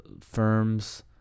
Firms